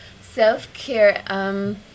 self-care